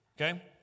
Okay